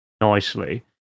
nicely